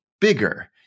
bigger